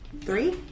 Three